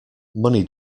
money